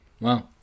Wow